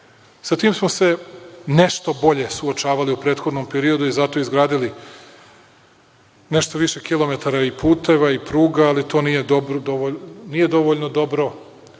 tim smo se nešto bolje suočavali u prethodnom periodu i zato izgradili nešto više kilometara i puteva i pruga, ali to nije dovoljno dobro, iako